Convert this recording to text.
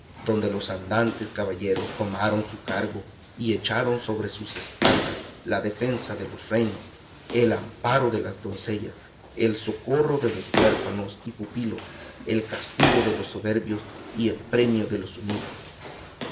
donde los andantes caballeros tomaron a su cargo y echaron sobre sus espaldas la defensa de los reinos el amparo de las doncellas el socorro de los huérfanos y pupilos el castigo de los soberbios y el premio de los humildes